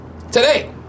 Today